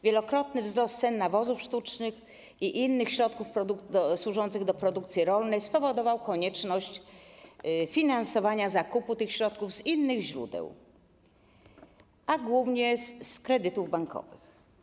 Wielokrotny wzrost cen nawozów sztucznych i innych środków służących do produkcji rolnej spowodował konieczność finansowania zakupu tych środków z innych źródeł, a głównie z kredytów bankowych.